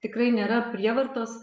tikrai nėra prievartos